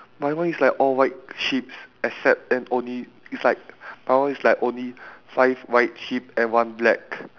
my one is like all white sheeps except and only it's like my one is like only five white sheep and one black